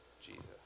Jesus